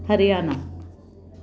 Haryana